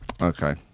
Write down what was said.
Okay